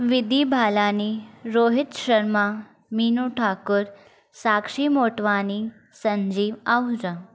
विधी बालानी रोहित शर्मा मीनू ठाकुर साक्षी मोटवानी संजीव आहूजा